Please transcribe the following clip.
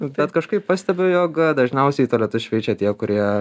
bet kažkaip pastebiu jog dažniausiai tualetus šveičia tie kurie